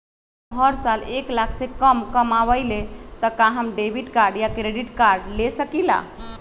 अगर हम हर साल एक लाख से कम कमावईले त का हम डेबिट कार्ड या क्रेडिट कार्ड ले सकीला?